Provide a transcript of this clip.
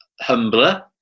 humbler